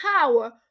power